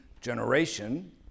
generation